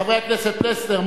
חברי הכנסת פלסנר,